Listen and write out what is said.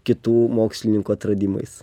kitų mokslininkų atradimais